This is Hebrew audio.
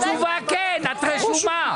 התשובה כן, את רשומה.